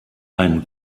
einen